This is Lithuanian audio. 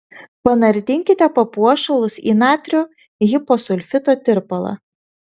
panardinkite papuošalus į natrio hiposulfito tirpalą